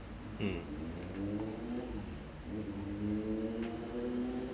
mm